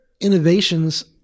innovations